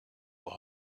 were